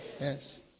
Yes